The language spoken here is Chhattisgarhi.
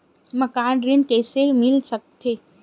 मकान ऋण कइसे मिल सकथे?